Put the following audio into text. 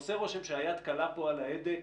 עושה רושם שהיד קלה על ההדק.